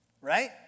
Right